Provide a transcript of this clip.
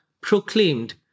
proclaimed